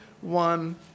One